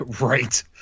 Right